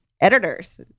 editors